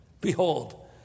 Behold